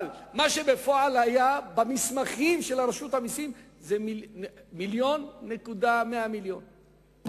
אבל מה שבפועל היה במסמכים של רשות המסים זה 1.1 מיליארד.